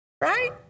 Right